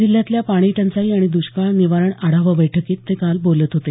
जिल्ह्यातल्या पाणीटंचाई आणि द्ष्काळ निवारण आढावा बैठकीत ते काल बोलत होते